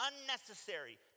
unnecessary